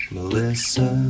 Melissa